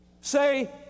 say